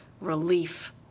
Relief